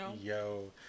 Yo